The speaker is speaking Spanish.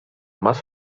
más